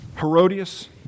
Herodias